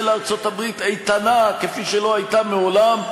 לארצות-הברית איתנה כפי שלא הייתה מעולם,